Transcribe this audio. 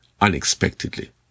unexpectedly